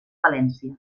valència